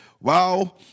Wow